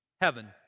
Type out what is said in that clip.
heaven